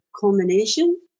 culmination